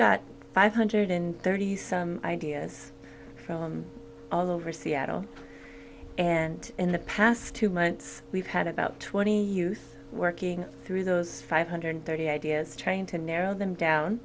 got five hundred and thirty some ideas from all over seattle and in the past two months we've had about twenty youth working through those five hundred thirty ideas trying to narrow them down